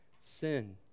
sin